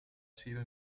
sido